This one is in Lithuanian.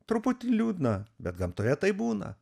truputį liūdna bet gamtoje taip būna